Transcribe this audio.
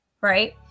right